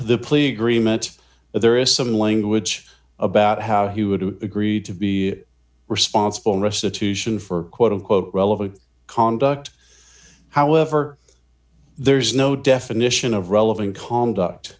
the plead gree meant that there is some language about how he would have agreed to be responsible restitution for quote unquote relevant conduct however there's no definition of relevant conduct